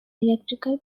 electrical